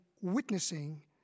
witnessing